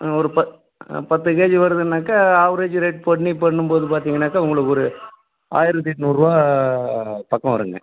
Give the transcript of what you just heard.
ஒரு பத்து கேஜி வருதுனாக்கா ஆவரேஜ் ரேட் பண்ணி பண்ணும்போது பார்த்திங்கனாக்கா உங்களுக்கு ஒரு ஆயிரத்தி எட்நூறுபா பக்கம் வரும்ங்க